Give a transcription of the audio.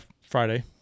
Friday